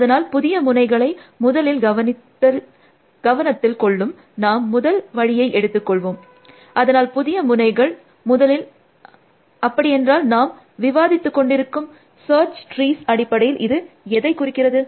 அதனால் புதிய முனைகளை முதலில் கவனத்தில் கொள்ளும் நாம் முதல் வழியை எடுத்து கொள்வோம் அதனால் புதிய முனைகள் முதலில் அப்படியென்றால் நாம் விவாதித்து கொண்டிருக்கும் சர்ச் ட்ரீஸ் அடிப்படையில் இது எதை குறிக்கிறது